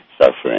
suffering